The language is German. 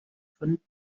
von